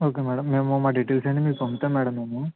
okay madam మేము మా details అన్ని మీకు పంపుతాం మేడం మేము